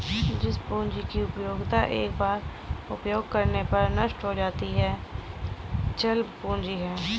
जिस पूंजी की उपयोगिता एक बार उपयोग करने पर नष्ट हो जाती है चल पूंजी है